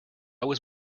was